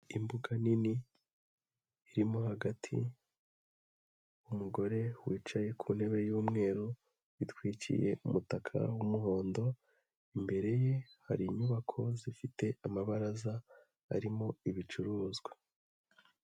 Imbuga nini irimo hagati umugore wicaye ku ntebe y'umweru witwikiye umutaka w'umuhondo, imbere ye hari inyubako zifite amabaraza arimo ibicuruzwa.